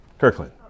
Kirkland